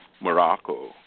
Morocco